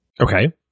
Okay